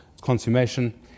consummation